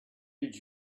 did